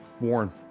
Warren